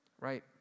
right